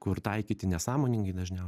kur taikyti nesąmoningai dažniau